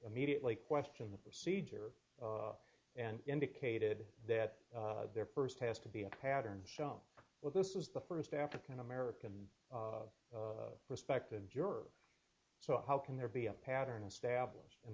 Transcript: immediately question the procedure and indicated that there first has to be a pattern shown well this was the first african american perspective juror so how can there be a pattern established and